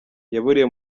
yaburiye